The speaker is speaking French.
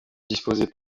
disposait